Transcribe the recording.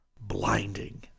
Blinding